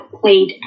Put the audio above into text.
played